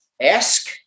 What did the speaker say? Ask